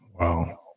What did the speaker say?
wow